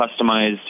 customized